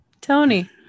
tony